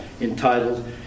entitled